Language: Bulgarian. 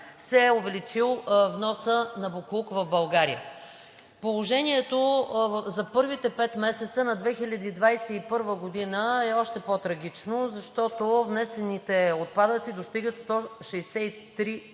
се е увеличил вносът на боклук в България. Положението за първите пет месеца на 2021 г. е още по трагично, защото внесените отпадъци достигат 163